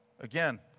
Again